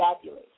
fabulous